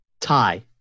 tie